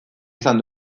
izan